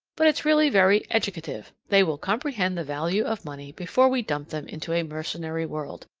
but it's really very educative they will comprehend the value of money before we dump them into a mercenary world.